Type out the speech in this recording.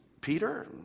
Peter